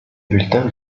bulletin